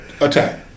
attack